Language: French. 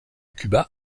cuba